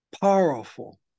powerful